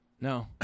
No